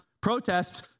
protests